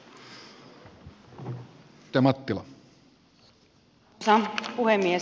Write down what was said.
arvoisa puhemies